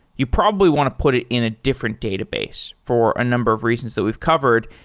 you probably want to put it in a different database for a number of reasons that we've covered.